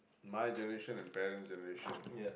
my generation and parent's generation